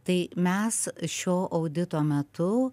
tai mes šio audito metu